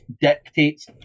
dictates